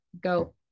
Go